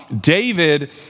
David